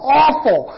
awful